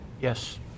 Yes